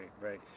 right